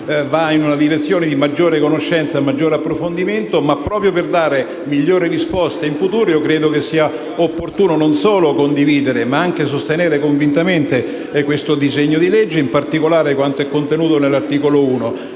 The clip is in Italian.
vada nella direzione di una maggiore conoscenza e di un maggior approfondimento. Tuttavia, proprio per dare migliori risposte in futuro credo sia opportuno non solo condividere, ma anche sostenere convintamente questo disegno di legge e, in particolare, quanto contenuto all'articolo 1.